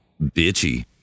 bitchy